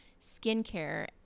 skincare